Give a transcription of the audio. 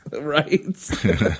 right